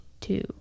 two